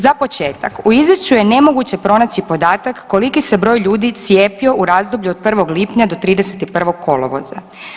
Za početak u izvješću je nemoguće pronaći podatak koliki se broj ljudi cijepio u razdoblju od 1. lipnja do 31. kolovoza.